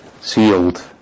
sealed